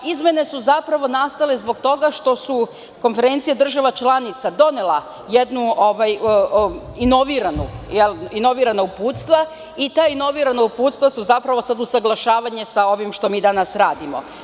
Izmene su zapravo nastale zbog toga što je Konferencija država članica donela neka inovirana uputstva i ta inovirana uputstva su zapravo usaglašavanje sa ovim što mi danas radimo.